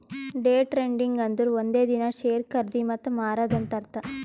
day trading ಅಂದುರ್ ಒಂದೇ ದಿನಾ ಶೇರ್ ಖರ್ದಿ ಮತ್ತ ಮಾರಾದ್ ಅಂತ್ ಅರ್ಥಾ